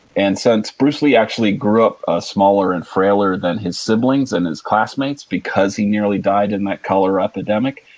and since bruce lee actually grew up ah smaller and frailer than his siblings, and his classmates because he nearly died in that cholera epidemic,